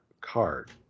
card